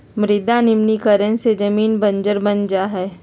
मृदा निम्नीकरण से जमीन बंजर बन जा हई